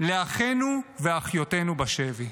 לאחינו ואחיותינו בשבי.